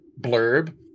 blurb